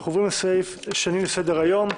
בעד 7, נגד 2, הקדמת הדיון אושרה.